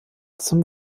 zum